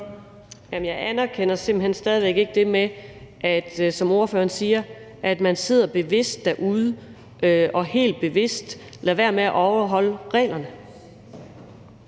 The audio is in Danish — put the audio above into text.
ordføreren siger, nemlig at man sidder derude og helt bevidst lader være med at overholde reglerne.